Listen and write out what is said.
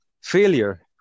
failure